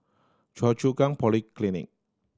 Choa Chu Kang Polyclinic